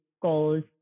goals